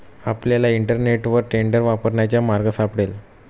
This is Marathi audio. आपल्याला इंटरनेटवर टेंडर वापरण्याचा मार्ग सापडेल